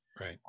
right